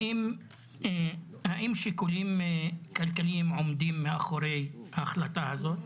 האם שיקולים כלכליים עומדים מאחורי ההחלטה הזאת?